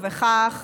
ובכך